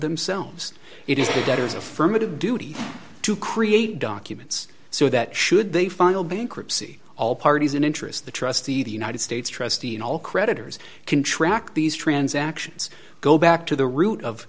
debtors affirmative duty to create documents so that should they final bankruptcy all parties an interest the trustee the united states trustee and all creditors can track these transactions go back to the root of